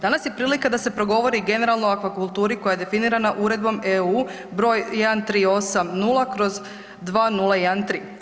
Danas je prilika da se progovori generalno o aquakulturi koja je definirana Uredbom EU broj 1380/2013.